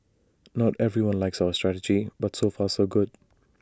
not everyone likes our strategy but so far so good